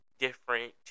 different